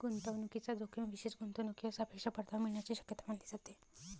गुंतवणूकीचा जोखीम विशेष गुंतवणूकीवर सापेक्ष परतावा मिळण्याची शक्यता मानली जाते